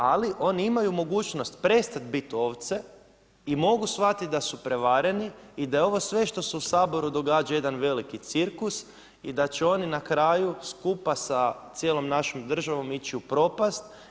Ali oni imaju mogućnost prestat bit ovce i mogu shvatit da su prevareni i da je ovo sve što se u Saboru događa jedan veliki cirkus i da će oni na kraju skupa sa cijelom našom državom ići u propast.